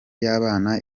y’abana